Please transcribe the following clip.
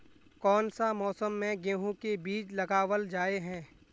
कोन सा मौसम में गेंहू के बीज लगावल जाय है